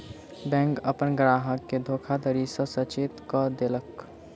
bank अपन ग्राहक के धोखाधड़ी सॅ सचेत कअ देलक